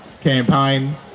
campaign